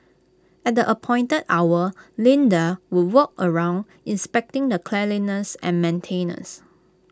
at the appointed hour Linda would walk around inspecting the cleanliness and maintenance